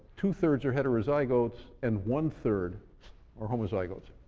two-thirds are heterozygotes and one-third are homozygotes.